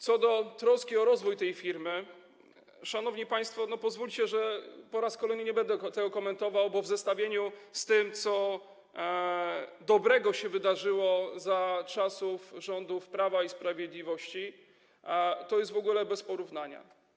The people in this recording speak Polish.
Co do troski o rozwój tej firmy, szanowni państwo, pozwólcie, że po raz kolejny nie będę tego komentował, bo w zestawieniu z tym, co dobrego się wydarzyło za czasów rządów Prawa i Sprawiedliwości, to jest w ogóle bez porównania.